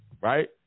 right